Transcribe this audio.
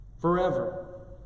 forever